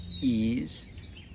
ease